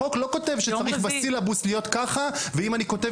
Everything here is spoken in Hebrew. בחוק לא נכתב שצריך בסילבוס להיות כך ושאם אני כותב